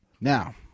Now